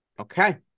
Okay